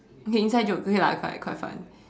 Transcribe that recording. okay inside jokes okay lah quite quite fun